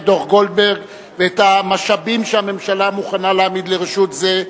דוח-גולדברג ואת המשאבים שהממשלה מוכנה להעמיד לרשות זה.